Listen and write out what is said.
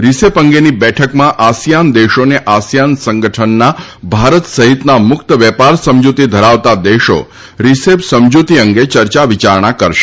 RCEP અંગેની બેઠકમાં ASEAN દેશો અને આસિયાન સંગઠનના ભારત સહિતના મુક્ત વેપાર સમજુતી ધરાવતા દેશો રિસેપ સમજુતી અંગે ચર્ચા વિચારણા કરશે